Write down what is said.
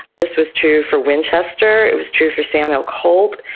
this was true for winchester, it was true for samuel colt,